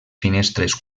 finestres